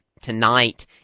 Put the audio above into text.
tonight